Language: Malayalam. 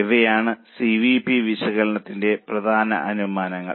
ഇവയാണ് സി വി പി വിശകലനത്തിലെ പ്രധാന അനുമാനങ്ങൾ